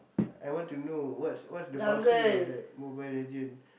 I want to know what's what's the function of that Mobile-Legend